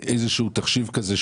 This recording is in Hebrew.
איזשהו תחשיב כזה.